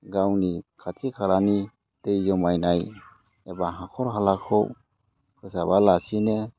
गावनि खाथि खालानि दै जमायनाय बा हाखर हालाखौ फोसाबालासिनो